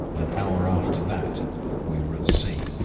an hour after that we were at sea,